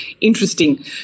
interesting